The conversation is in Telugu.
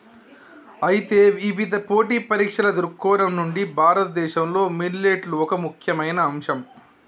అయితే ఇవిధ పోటీ పరీక్షల దృక్కోణం నుండి భారతదేశంలో మిల్లెట్లు ఒక ముఖ్యమైన అంశం